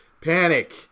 Panic